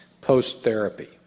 post-therapy